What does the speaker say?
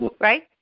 Right